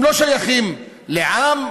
הם לא שייכים לעם,